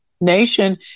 nation